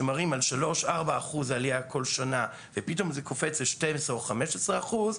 שמראים על עלייה של 4-3 אחוז בכל שנה ופתאום זה קופץ ב-12 או 15 אחוז,